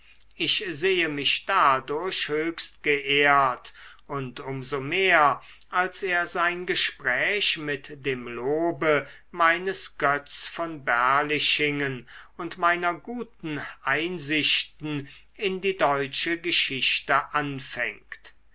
ich sehe mich dadurch höchst geehrt und um so mehr als er sein gespräch mit dem lobe meines götz von berlichingen und meiner guten einsichten in die deutsche geschichte anfängt